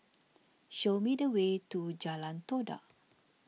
show me the way to Jalan Todak